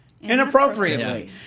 inappropriately